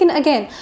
again